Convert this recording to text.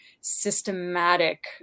systematic